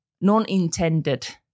non-intended